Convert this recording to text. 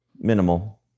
Minimal